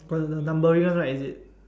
got the numbering one right is it